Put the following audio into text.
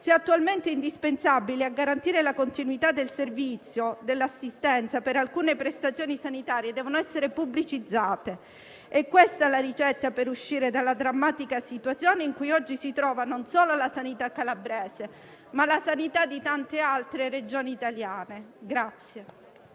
se attualmente indispensabili a garantire la continuità del servizio dell'assistenza per alcune prestazioni sanitarie, devono essere pubblicizzate. Questa è la ricetta per uscire dalla drammatica situazione in cui oggi si trova non solo la sanità calabrese, ma la sanità di tante altre Regioni italiane.